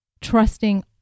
trusting